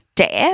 trẻ